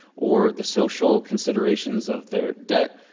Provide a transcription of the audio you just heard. or the social considerations of their debt,